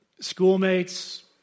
schoolmates